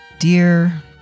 Dear